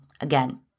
again